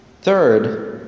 Third